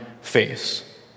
face